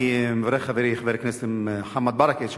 אני מברך את חבר הכנסת מוחמד ברכה,